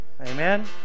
Amen